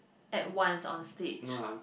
at once on stage